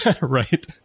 right